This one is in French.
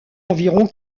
environ